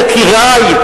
יקירי,